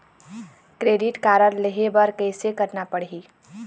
Credit card लेहे बर कैसे करना पड़ही?